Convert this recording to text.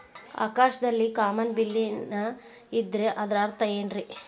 ಆಕಾಶದಲ್ಲಿ ಕಾಮನಬಿಲ್ಲಿನ ಇದ್ದರೆ ಅದರ ಅರ್ಥ ಏನ್ ರಿ?